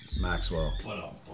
Maxwell